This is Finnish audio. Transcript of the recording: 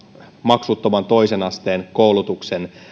maksuttoman toisen asteen koulutuksen